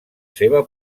seva